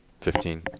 Fifteen